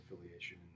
affiliation